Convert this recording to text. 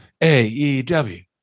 AEW